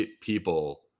people